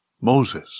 Moses